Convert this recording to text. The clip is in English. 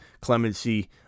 Clemency